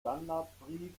standardbrief